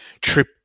trip